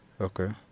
Okay